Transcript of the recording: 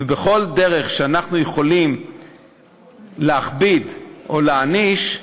ובכל דרך שאנחנו יכולים להכביד או להעניש,